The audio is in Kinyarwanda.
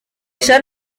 sean